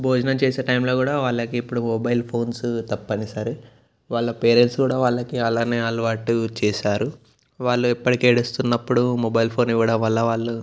భోజనం చేసే టైంలో కూడా వాళ్ళకి ఇప్పుడు మొబైల్ ఫోన్స్ తప్పనిసరి వాళ్ళ పేరెంట్స్ కూడా వాళ్ళకి అలానే అలవాటు చేసారు వాళ్ళు ఎప్పటికి ఏడుస్తున్నపుడు మొబైల్ ఫోన్ ఇవ్వడం వల్ల వాళ్ళు